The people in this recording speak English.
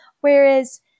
Whereas